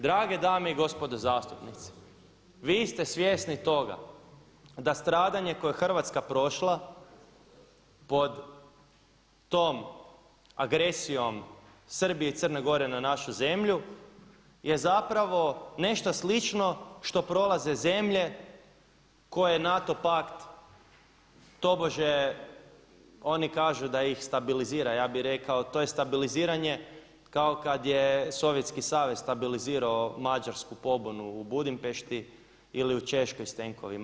Drage dame i gospodo zastupnici, vi ste svjesni toga da stradanje koje je Hrvatska prošla pod tom agresijom Srbije i Crne Gore na našu zemlju je zapravo nešto slično što prolaze zemlje koje NATO pakt tobože oni kažu da ih stabilizira, ja bih rekao to je stabiliziranje kao kad je Sovjetski savez stabilizirao mađarsku pobunu u Budimpešti ili u Češkoj s tenkovima.